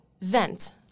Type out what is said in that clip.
vent